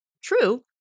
true